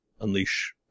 unleash